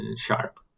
Sharp